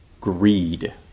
greed